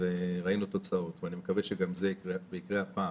וראינו תוצאות ואני מקווה שזה יקרה גם הפעם.